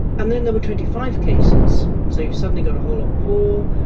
and then there were twenty five cases, so you've suddenly got a whole lot more.